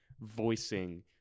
Voicing